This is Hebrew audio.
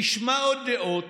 תשמע עוד דעות,